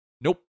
Nope